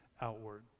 outward